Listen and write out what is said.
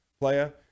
player